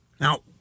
Now